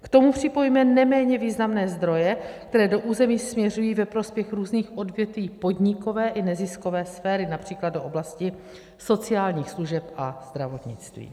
K tomu připojme neméně významné zdroje, které do území směřují ve prospěch různých odvětví podnikové i neziskové sféry, například do oblasti sociálních služeb a zdravotnictví.